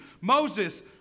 Moses